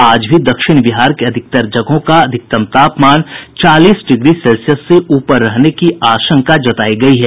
आज भी दक्षिण बिहार के अधिकांश जगहों का अधिकतम तापमान चालीस डिग्री सेल्सियस से ऊपर रहने की आशंका जतायी गयी है